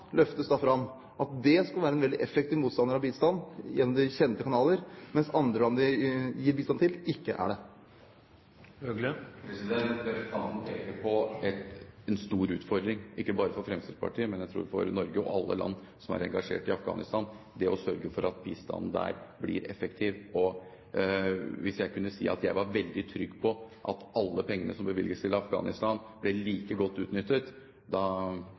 løftes fram, at det skulle være en veldig effektiv motstander av bistand gjennom de kjente kanaler, mens andre land vi gir bistand til, ikke er det. Representanten peker på en stor utfordring, ikke bare for Fremskrittspartiet, men jeg tror for Norge og alle land som er engasjert i Afghanistan, og det er å sørge for at bistanden der blir effektiv. Hvis jeg kunne si at jeg var veldig trygg på at alle pengene som bevilges til Afghanistan, blir like godt utnyttet,